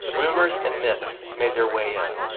rumors and myths made their way in.